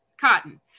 cotton